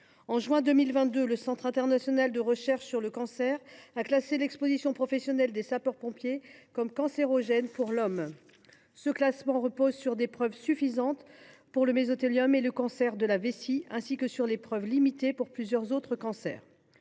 En juin 2022, le Circ a classé l’exposition professionnelle des sapeurs pompiers comme cancérogène pour l’homme. Ce classement repose sur des preuves suffisantes pour le mésothéliome et le cancer de la vessie, ainsi que sur des preuves limitées pour plusieurs autres cancers.